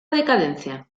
decadencia